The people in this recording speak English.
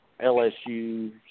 LSU